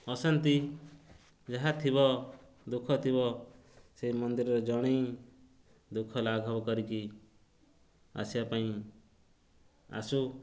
ଅଶାନ୍ତି ଯାହା ଥିବ ଦୁଃଖ ଥିବ ସେଇ ମନ୍ଦିରରେ ଜଣେଇ ଦୁଃଖ ଲାଘବ କରିକି ଆସିବା ପାଇଁ ଆସୁ